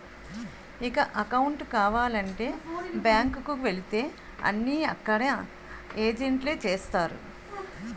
ఇక అకౌంటు కావాలంటే బ్యాంకు కు వెళితే అన్నీ అక్కడ ఏజెంట్లే చేస్తారు